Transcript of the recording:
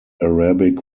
arabic